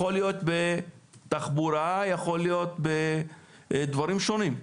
ההשקעה יכולה להיות בתחבורה ויכולה להיות בדברים שונים.